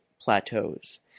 plateaus